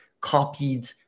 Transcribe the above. copied